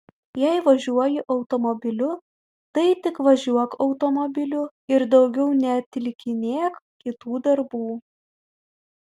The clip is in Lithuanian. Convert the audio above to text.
jei važiuoji automobiliu tai tik važiuok automobiliu ir daugiau neatlikinėk kitų darbų